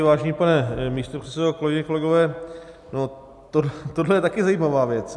Vážený pane místopředsedo, kolegyně, kolegové, tohle je taky zajímavá věc.